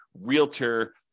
realtor